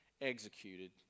executed